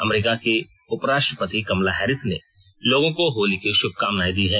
अमरीका की उपराष्ट्रपति Kamala Harris ने लोगों को होली की श्भकामनाएं दी हैं